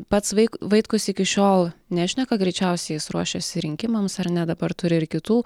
pats vai vaitkus iki šiol nešneka greičiausiai jis ruošiasi rinkimams ar ne dabar turi ir kitų